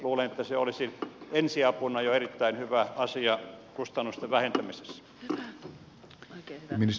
luulen että se olisi ensiapuna jo erittäin hyvä asia kustannusten vähentämisessä